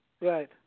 Right